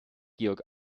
georg